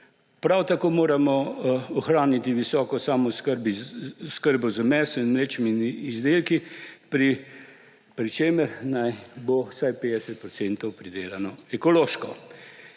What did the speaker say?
Prav tako moramo ohraniti visoko samooskrbo z mesom in mlečnimi izdelki, pri čemer naj bo vsaj 50 % pridelano ekološko.